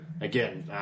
Again